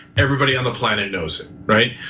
everybody on the planet knows him, right?